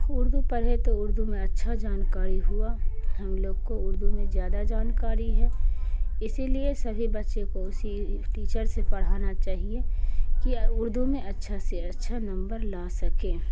اردو پرھے تو اردو میں اچھا جانکاری ہوا ہم لوگ کو اڑدو میں زیادہ جانکاری ہے اسی لیے سبھی بچے کو اسی ٹیچر سے پڑھانا چاہیے کہ اردو میں اچھا سے اچھا نمبر لا سکیں